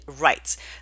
rights